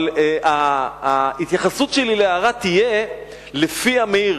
אבל ההתייחסות שלי להערה תהיה לפי המעיר.